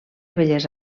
belles